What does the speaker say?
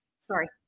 Sorry